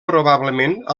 probablement